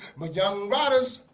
my young riders,